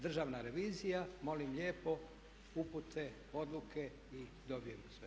Državna revizija molim lijepo upute odluke i dobijemo sve.